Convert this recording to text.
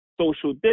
social